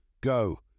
Go